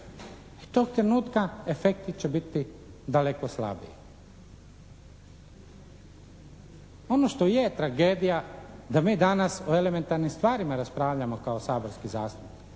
I tog trenutka efekti će biti daleko slabiji. Ono što je tragedija da mi danas o elementarnim stvarima raspravljamo kao saborski zastupnici.